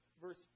verse